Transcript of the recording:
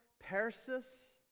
Persis